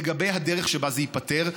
על הדרך שבה זה ייפתר,